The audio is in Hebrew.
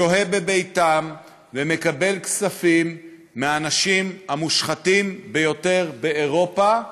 שוהה בביתם ומקבל כספים מהאנשים המושחתים ביותר באירופה,